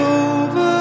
over